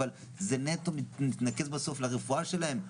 אבל זה נטו מתנקז בסוף לרפואה שלהם,